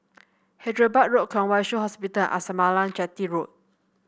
Hyderabad Road Kwong Wai Shiu Hospital and Arnasalam Chetty Road